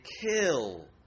kill